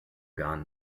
gone